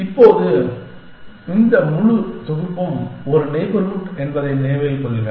இப்போது இந்த முழு தொகுப்பும் ஒரு நெய்பர்ஹூட் என்பதை நினைவில் கொள்க